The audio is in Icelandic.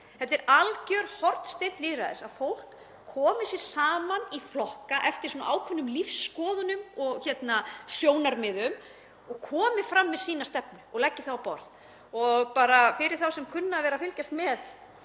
Það er alger hornsteinn lýðræðis að fólk komi sér saman í flokka eftir ákveðnum lífsskoðunum og sjónarmiðum og komi fram með sína stefnu og leggi hana á borð. Fyrir þá sem kunna að vera að fylgjast með